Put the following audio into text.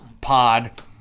pod